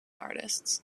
artists